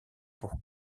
pour